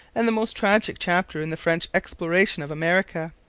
and the most tragic chapter in the french exploration of america.